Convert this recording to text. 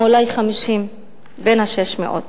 או אולי 50 בין ה-600.